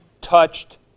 touched